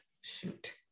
Shoot